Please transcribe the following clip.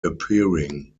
appearing